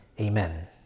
Amen